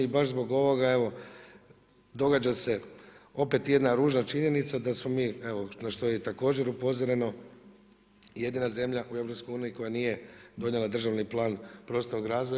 I baš zbog ovoga evo događa se opet jedna ružna činjenica da smo mi, evo na što je i također upozoreno jedina zemlja u EU koja nije donijela državni plan prostornog razvoja.